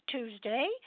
Tuesday